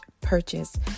purchase